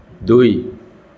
দুই